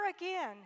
again